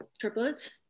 triplets